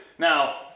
Now